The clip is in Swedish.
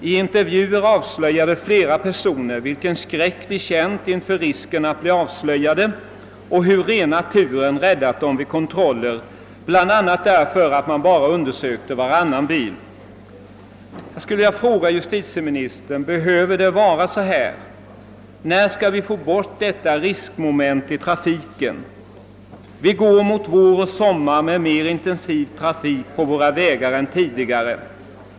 I intervjuer avslöjade flera personer vilken skräck de känt inför risken att bli avslöjade och hur rena turen hade räddat dem vid kontroller, bl.a. därför att man bara undersökte varannan bil. Behöver det vara så här, herr justitieminister? När skall vi få bort detta riskmoment i trafiken? Vi går mot vår och sommar med mer intensiv trafik på våra vägar än tidigare.